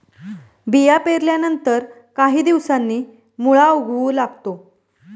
बिया पेरल्यानंतर काही दिवसांनी मुळा उगवू लागतो